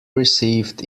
received